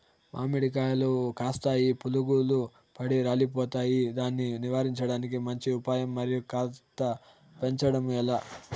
మామిడి కాయలు కాస్తాయి పులుగులు పడి రాలిపోతాయి దాన్ని నివారించడానికి మంచి ఉపాయం మరియు కాత పెంచడము ఏలా?